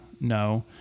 no